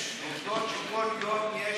יש עובדות שכל יום יש,